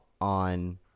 on